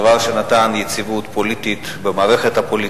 דבר שנתן יציבות פוליטית במערכת הפוליטית.